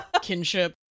kinship